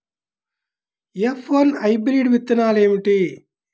F one hybrid విత్తనాలు ఏమిటి?